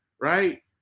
right